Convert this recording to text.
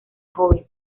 joven